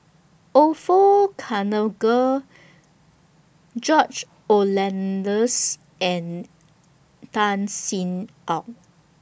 Orfeur George and Tan Sin Aun